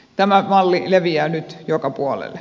tämä malli leviää nyt joka puolelle